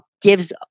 gives